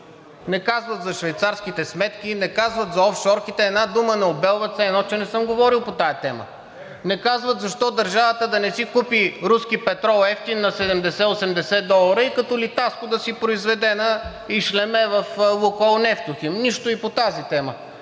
не казват за швейцарските сметки, не казват за офшорките. Една дума не обелват, все едно, че не съм говорил по тази тема. Не казват защо държавата да си купи евтин руски петрол на 70 – 80 долара и като „Литаско“ да си произведе на ишлеме в „Лукойл Нефтохим“. Нищо и по тази тема!